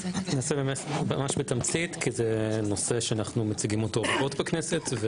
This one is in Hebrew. ננסה באמת ממש בתמצית כי זה נושא שאנחנו מציגים אותו לא רק בכנסת.